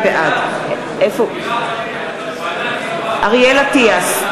בעד אריאל אטיאס,